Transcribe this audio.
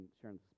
sharing